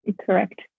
correct